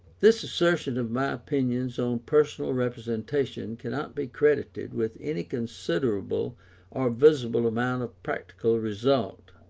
this assertion of my opinions on personal representation cannot be credited with any considerable or visible amount of practical result.